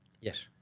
Yes